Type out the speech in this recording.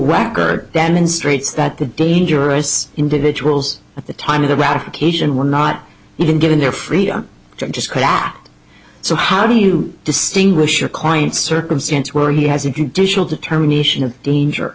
record demonstrates that the dangerous individuals at the time of the ratification were not even given their freedom just crack so how do you distinguish your client circumstance where he has a conditional determination of danger